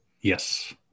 yes